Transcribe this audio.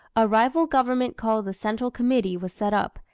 a rival government called the central committee was set up,